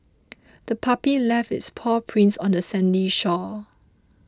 the puppy left its paw prints on the sandy shore